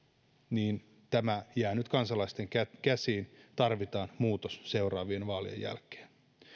niin tämä jää nyt kansalaisten käsiin ja tarvitaan muutos seuraavien vaalien jälkeen